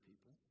people